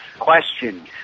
question